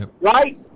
right